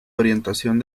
orientación